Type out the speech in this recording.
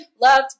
loved